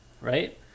right